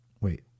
Wait